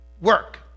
Work